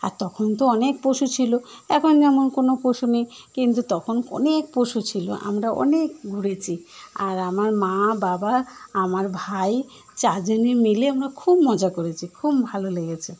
আর তখন তো অনেক পশু ছিলো এখন যেমন কোনো পশু নেই কিন্তু তখন অনেক পশু ছিলো আমরা অনেক ঘুরেছি আর আমার মা বাবা আমার ভাই চারজনে মিলে আমরা খুব মজা করেছি খুব ভালো লেগেছে